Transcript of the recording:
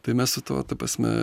tai mes su tuo ta prasme